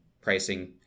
pricing